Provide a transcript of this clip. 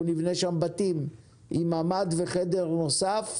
אנחנו נבנה שם בתים עם ממ"ד וחדר נוסף,